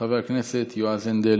חבר הכנסת יועז הנדל.